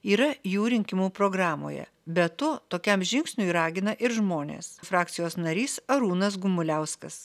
yra jų rinkimų programoje be to tokiam žingsniui ragina ir žmonės frakcijos narys arūnas gumuliauskas